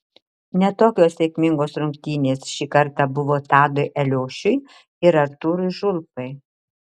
ne tokios sėkmingos rungtynės šį kartą buvo tadui eliošiui ir artūrui žulpai